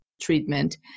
treatment